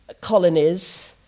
colonies